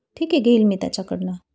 ठीक आहे घेईल मी त्याच्याकडनं